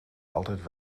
altijd